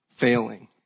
failing